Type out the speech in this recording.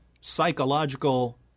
psychological